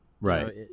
Right